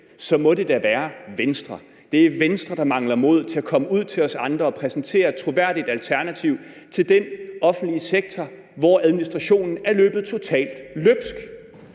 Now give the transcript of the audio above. så må det da være Venstre. Det er Venstre, der mangler mod til at komme ud til os andre og præsentere et troværdigt alternativ til den offentlige sektor, hvor administrationen er løbet totalt løbsk.